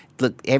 Look